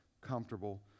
comfortable